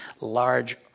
large